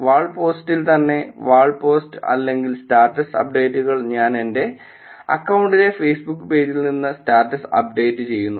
വാൾ പോസ്റ്റിൽ തന്നെ wall post അല്ലെങ്കിൽ സ്റ്റാറ്റസ് അപ്ഡേറ്റുകൾ ഞാൻ എന്റെ അക്കൌണ്ടിലെ ഫേസ്ബുക്ക് പേജിൽ നിന്ന് സ്റ്റാറ്റസ് അപ്ഡേറ്റ് ചെയ്യുന്നു